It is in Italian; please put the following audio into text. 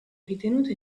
ritenuto